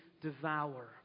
devour